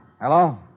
Hello